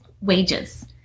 wages